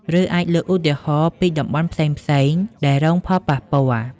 ឬ អាចលើកឧទាហរណ៍ពីតំបន់ផ្សេងៗដែលរងផលប៉ះពាល់។